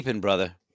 brother